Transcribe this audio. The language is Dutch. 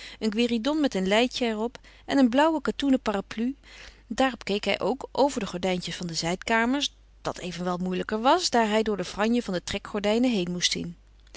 een guéridon met een leitjen er op en een blauwe katoenen parapluie daarop keek hij ook over de gordijntjes van de zijkamers dat evenwel moeilijker was daar hij door de franje van de trekgordijnen heen moest zien